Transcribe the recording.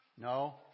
No